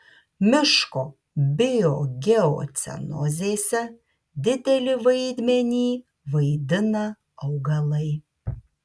miško biogeocenozėse didelį vaidmenį vaidina augalai